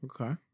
okay